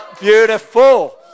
beautiful